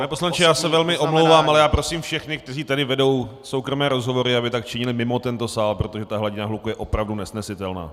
Pane poslanče, já se velmi omlouvám, ale já prosím všechny, kteří tady vedou soukromé rozhovory, aby tak činili mimo tento sál, protože hladina hluku je opravdu nesnesitelná.